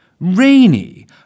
rainy